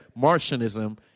Martianism